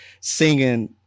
singing